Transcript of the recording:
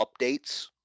updates